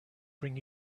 bring